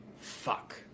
Fuck